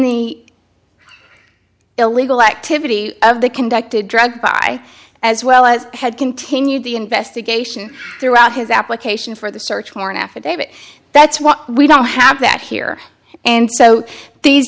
the illegal activity of the conducted drug by as well as had continued the investigation throughout his application for the search warrant affidavit that's what we don't have that here and so these